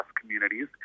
communities